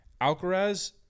Alcaraz